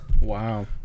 Wow